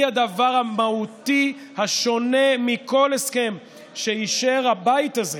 היא הדבר המהותי השונה מכל הסכם שאישר הבית הזה,